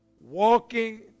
Walking